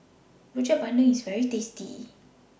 Rojak Bandung IS very tasty